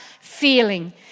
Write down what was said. feeling